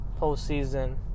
postseason